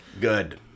Good